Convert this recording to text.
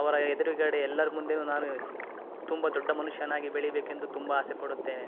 ಅವರ ಎದುರುಗಡೆ ಎಲ್ಲರ ಮುಂದೆನೂ ನಾನು ತುಂಬ ದೊಡ್ಡ ಮನುಷ್ಯನಾಗಿ ಬೆಳೀಬೇಕು ಎಂದು ತುಂಬ ಆಸೆಪಡುತ್ತೇನೆ